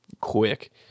quick